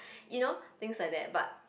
you know things like that but